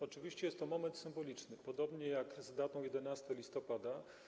Oczywiście jest to moment symboliczny, podobnie jest z datą 11 listopada.